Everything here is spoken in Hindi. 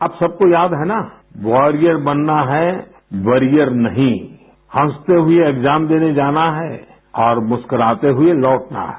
आप सब को याद है ना वॉरियर बनना है वरियर नहीं हँसते हुए एग्जाम देने जाना है और मुस्कुराते हुए लौटना है